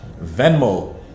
Venmo